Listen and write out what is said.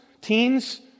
teens